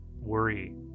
worry